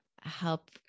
help